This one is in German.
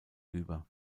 über